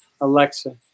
Alexa